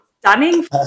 stunning